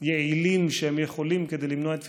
יעילים שהם יכולים כדי למנוע את תפיסתם,